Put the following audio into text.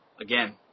Again